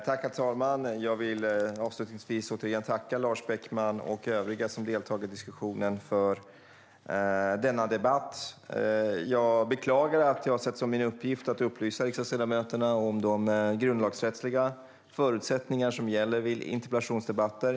Herr talman! Jag vill avslutningsvis återigen tacka Lars Beckman och övriga som deltagit i diskussionen för denna debatt. Jag beklagar att jag har sett som min uppgift att upplysa riksdagsledamöterna om de grundlagsrättsliga förutsättningar som gäller vid interpellationsdebatter.